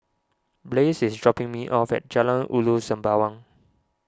Blaze is dropping me off at Jalan Ulu Sembawang